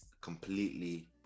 completely